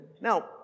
Now